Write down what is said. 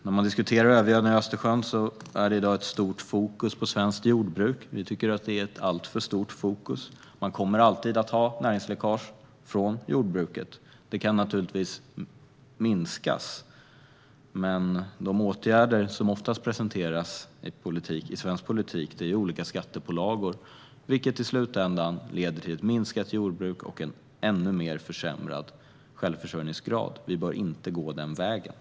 När man diskuterar övergödningen av Östersjön är det i dag ett stort fokus på svenskt jordbruk; vi tycker att det är alltför stort. Man kommer alltid att ha näringsläckage från jordbruket. Det kan naturligtvis minskas, men de åtgärder som oftast presenteras i svensk politik är olika skattepålagor, vilket i slutändan leder till minskat jordbruk och en ännu mer försämrad självförsörjningsgrad. Vi bör inte gå den vägen.